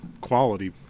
quality